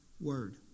Word